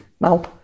no